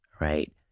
right